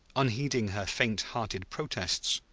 unheeding her faint-hearted protests,